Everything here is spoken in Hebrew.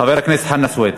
חבר הכנסת חנא סוייד.